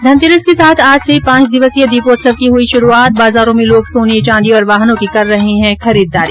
धनतेरस के साथ आज से पांच दिवसीय दीपोत्सव की हुई शुरूआत बाजारों में लोग सोने चांदी और वाहनों की कर रहे है खरीददारी